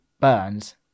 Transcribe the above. burns